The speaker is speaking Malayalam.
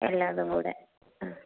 എല്ലാ ഇതും കൂടെ